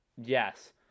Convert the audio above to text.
Yes